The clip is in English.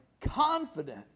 confident